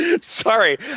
Sorry